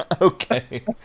Okay